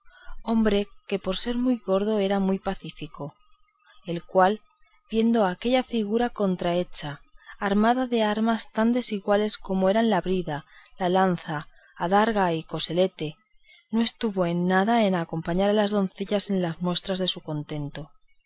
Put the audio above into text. hombre que por ser muy gordo era muy pacífico el cual viendo aquella figura contrahecha armada de armas tan desiguales como eran la brida lanza adarga y coselete no estuvo en nada en acompañar a las doncellas en las muestras de su contento